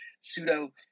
pseudo